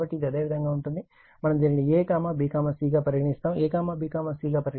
కాబట్టి ఇది అదే విధంగా ఉంటుంది మనం దీనిని a b c గా పరిగణిస్తాము a b c గా పరిగణించబడుతుంది